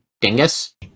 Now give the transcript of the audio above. dingus